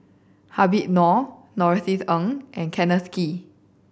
Habib Noh Norothy Ng and Kenneth Kee